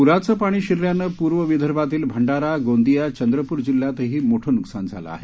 प्राचे पाणी शिरल्यानं पूर्व विदर्भातील भंडारा गोंदिया चंद्रपूर जिल्ह्यातही मोठं नुकसान झालं आहे